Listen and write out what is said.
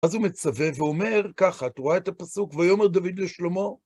אז הוא מצווה ואומר, ככה, את רואה את הפסוק? ויאמר דוד לשלמה,